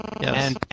Yes